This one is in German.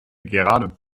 gerade